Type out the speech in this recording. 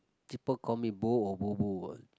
people call me bo or bobo